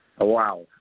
wow